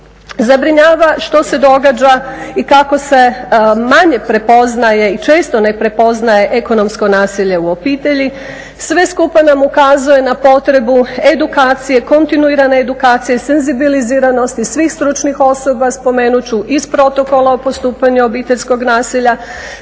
Zabrinjava što se događa i kako se manje prepoznaje i često ne prepoznaje ekonomsko nasilje u obitelji. Sve skupa nam ukazuje na potrebu edukacije, kontinuirane edukacije, senzibiliziranosti svih stručnih osoba. Spomenut ću iz protokola o postupanju obiteljskog nasilja